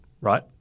right